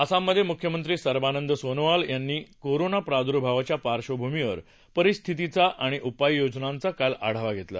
आसाममधे मुख्यमंत्री सर्वानंद सोनोवाल यांनी कोरोना प्रादुर्भावाच्या पार्श्वभूमीवर परिस्थितीचा आणि उपाययोजनांचा काल आढावा घेतला